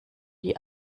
die